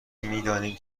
میدانیم